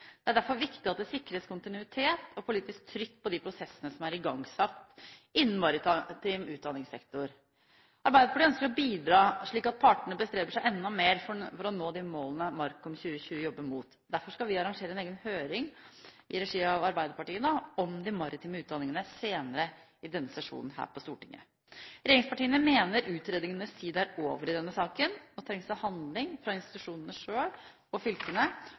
Det er derfor viktig at det sikres kontinuitet og politisk trykk på de prosessene som er igangsatt innen maritim utdanningssektor. Arbeiderpartiet ønsker å bidra slik at partene bestreber seg enda mer på å nå de målene MARKOM2020 jobber mot. Derfor skal vi arrangere en egen høring i regi av Arbeiderpartiet om de maritime utdanningene senere i denne sesjonen her på Stortinget. Regjeringspartiene mener utredningens tid er over i denne saken. Nå trengs det handling fra institusjonene selv og fylkene,